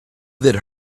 that